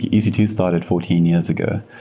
e c two started fourteen years ago.